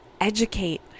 educate